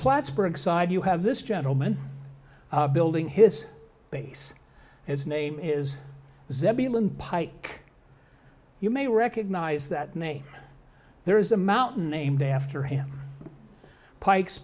plattsburgh side you have this gentleman building his base his name is zeppelin pike you may recognize that name there is a mountain named after him pike